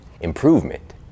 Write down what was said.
improvement